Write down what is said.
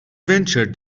ventured